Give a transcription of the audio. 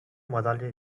madalya